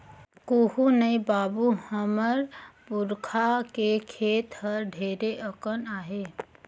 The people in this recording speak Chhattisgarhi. कुहू नइ बाबू, हमर पुरखा के खेत हर ढेरे अकन आहे